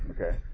Okay